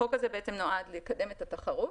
החוק הזה נועד לקדם את התחרות,